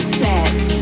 set